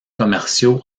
commerciaux